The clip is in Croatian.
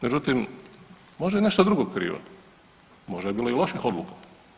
Međutim, možda je i nešto drugo krivo, možda je bilo i loših odluka.